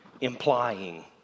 implying